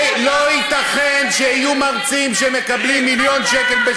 לא ייתכן שיהיו מרצים שמקבלים מיליון שקל בשנה,